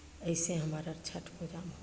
अइसे हमर अर छठि पूजामे होइ हइ